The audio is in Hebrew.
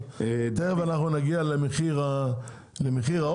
תכף אנחנו נגיע למחיר העוף,